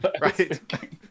right